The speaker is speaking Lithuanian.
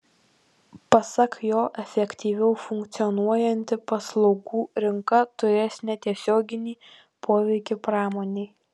pasak jo efektyviau funkcionuojanti paslaugų rinka turės netiesioginį poveikį pramonei